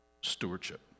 stewardship